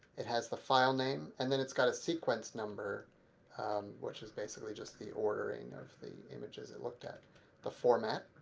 it has the filename, and then a kind of sequence number which is basically just the ordering of the images it looked at the format,